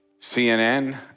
CNN